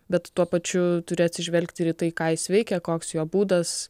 bet tuo pačiu turi atsižvelgt ir į tai ką jis veikia koks jo būdas